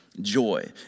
Joy